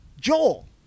Joel